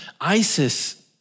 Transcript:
ISIS